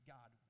God